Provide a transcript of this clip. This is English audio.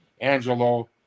Angelo